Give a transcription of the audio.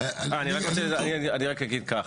אני רק אגיד כך,